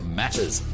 matters